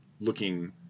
looking